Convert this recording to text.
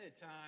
time